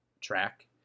track